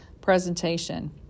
presentation